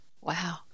Wow